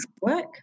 work